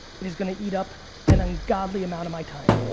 it is gonna eat up and ungodly amount of my time.